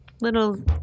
Little